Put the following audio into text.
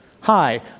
Hi